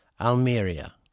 Almeria